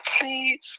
please